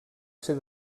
ser